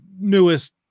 newest